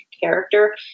character